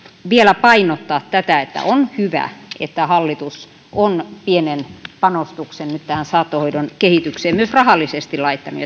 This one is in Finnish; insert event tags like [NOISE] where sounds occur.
vielä painottaa tätä että on hyvä että hallitus on pienen panostuksen nyt tähän saattohoidon kehitykseen myös rahallisesti laittanut [UNINTELLIGIBLE]